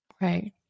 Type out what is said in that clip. right